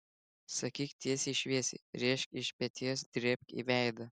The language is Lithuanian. sakyk tiesiai šviesiai rėžk iš peties drėbk į veidą